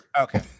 Okay